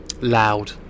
Loud